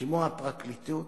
כמו הפרקליטות,